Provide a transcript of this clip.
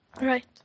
Right